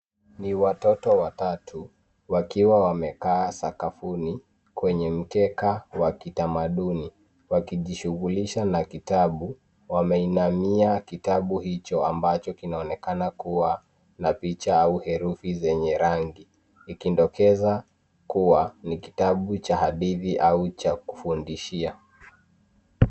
Ni watoto watatu, wakiwa wamekaa sakafuni kwenye mkeka wa kitamaduni, wakijishughulisha na kitabu. Wameinamia kitabu hicho ambacho kinaonekana kuwa na picha au herufi zenye rangi, ikidokeza kuwa ni kitabu cha hadithi au cha kufundishia.